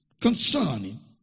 concerning